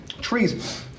trees